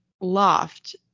loft